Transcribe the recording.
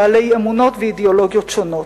בעלי אמונות ואידיאולוגיות שונות.